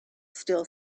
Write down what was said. still